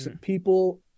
People